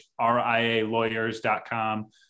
rialawyers.com